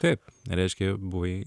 taip reiškia buvai